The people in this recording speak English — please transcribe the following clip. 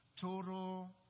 Total